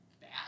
bad